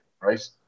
right